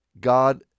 god